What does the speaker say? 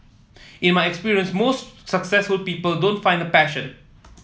in my experience most successful people don't find a passion